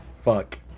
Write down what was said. fuck